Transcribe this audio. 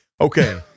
Okay